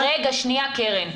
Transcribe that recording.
את יודעת --- שנייה, קרן.